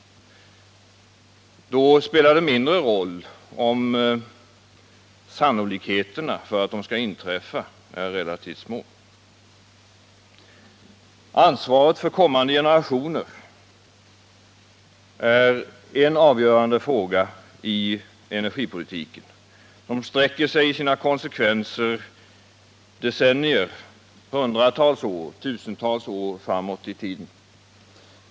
Då spelar det mindre roll om sannolikheterna för att olyckor inträffar är relativt små. Ansvaret för kommande generationer är en avgörande fråga i energipolitiken. Den sträcker sig i sina konsekvenser decennier, hundratals år, ja, tusentals år framåt i tiden.